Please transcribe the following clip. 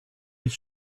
his